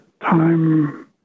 time